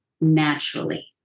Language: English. naturally